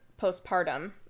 postpartum